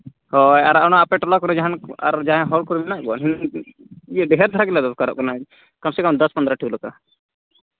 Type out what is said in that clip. ᱦᱳᱭ ᱟᱨ ᱚᱱᱟ ᱟᱯᱮ ᱴᱚᱞᱟ ᱠᱚᱨᱮ ᱡᱟᱦᱟᱱ ᱟᱨ ᱡᱟᱦᱟᱸᱭ ᱦᱚᱲ ᱠᱚᱨᱮᱱ ᱢᱮᱱᱟᱜ ᱠᱚᱣᱟ ᱦᱮᱸ ᱰᱷᱮᱨ ᱫᱷᱟᱨᱟ ᱜᱮᱞᱮ ᱫᱚᱨᱠᱟᱨᱚᱜ ᱠᱟᱱᱟ ᱠᱚᱢ ᱥᱮ ᱠᱚᱢ ᱫᱚᱥ ᱯᱚᱱᱨᱚᱴᱤ ᱞᱮᱠᱟ